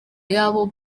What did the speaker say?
yabo